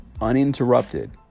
uninterrupted